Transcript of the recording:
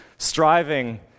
striving